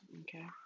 Okay